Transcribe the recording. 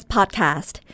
Podcast